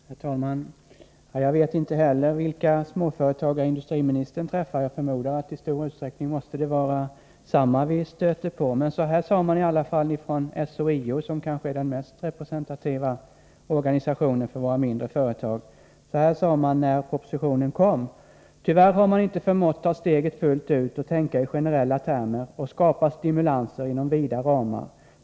Herr talman! Jag vet inte vilka småföretagare industriministern träffar, men jag förmodar att det i stor utsträckning måste vara samma problem som vi stöter på. Så här sade i alla fall SHIO, som är den kanske mest representativa organisationen för våra mindre företag, när propositionen kom: ”Tyvärr har man inte förmått ta steget fullt ut och tänka i generella termer och skapa stimulanser inom vida ramar.